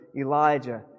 Elijah